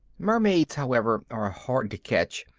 mermaids, however, are hard to catch,